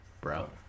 bro